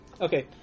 okay